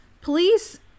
Police